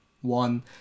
one